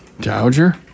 Dowager